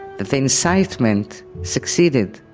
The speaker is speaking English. the incitement succeeded